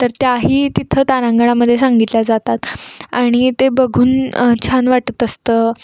तर त्याही तिथं तारांगणामध्ये सांगितल्या जातात आणि ते बघून छान वाटत असतं